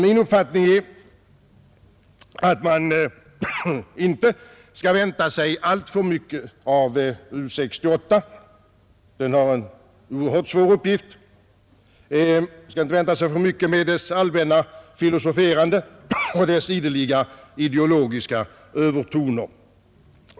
Min uppfattning är att man inte skall vänta sig alltför mycket av U 68 — den har en oerhört svår uppgift — med dess allmänna filosoferande och dess ideliga ideologiska övertoner.